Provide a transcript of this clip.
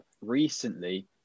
recently